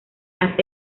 las